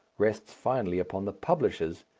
rests finally upon the publishers,